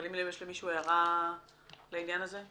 אבל האם למישהו יש הערה לעניין הזה?